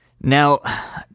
Now